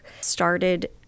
started